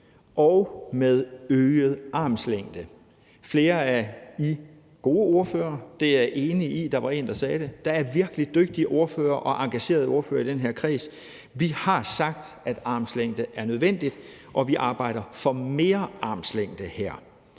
og med øget armslængde. Flere af I gode ordfører – det er jeg enig i, der var en, der sagde det; der er virkelig dygtige ordførere og engagerede ordførere i den her kreds – har sagt, at armslængde er nødvendigt, og vi arbejder for mere armslængde her.